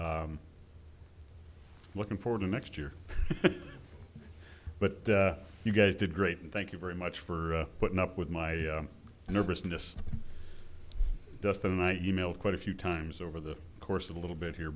looking for the next year but you guys did great and thank you very much for putting up with my nervousness dustin and i e mailed quite a few times over the course of a little bit here